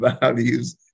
values